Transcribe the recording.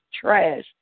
trash